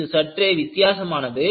இது சற்றே வித்தியாசமானது